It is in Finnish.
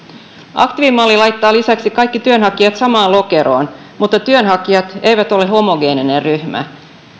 aktiivimalli laittaa lisäksi kaikki työnhakijat samaan lokeroon mutta työnhakijat eivät ole homogeeninen ryhmä